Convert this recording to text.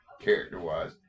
character-wise